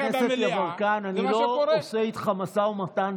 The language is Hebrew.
חבר הכנסת יברקן, אני לא עושה איתך משא ומתן.